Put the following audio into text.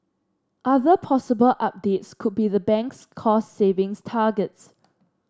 other possible updates could be the bank's cost savings targets